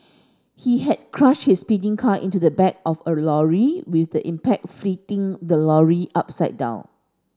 he had crashed his speeding car into the back of a lorry with the impact flipping the lorry upside down